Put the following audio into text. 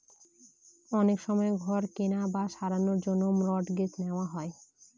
অনেক সময় ঘর কেনার বা সারানোর জন্য মর্টগেজ নেওয়া হয়